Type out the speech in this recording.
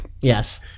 Yes